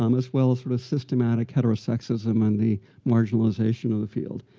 um as well as sort of systematic heterosexism and the marginalization of the field.